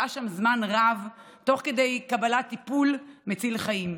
שהה שם זמן רב תוך כדי קבלת טיפול מציל חיים.